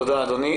תודה, אדוני.